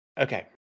okay